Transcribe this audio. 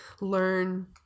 learn